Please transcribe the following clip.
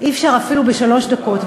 אי-אפשר אפילו בשלוש דקות,